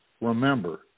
remember